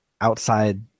outside